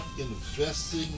investing